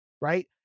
Right